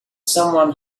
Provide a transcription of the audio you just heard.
someone